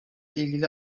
ilgili